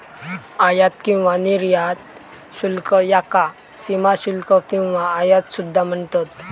आयात किंवा निर्यात शुल्क याका सीमाशुल्क किंवा आयात सुद्धा म्हणतत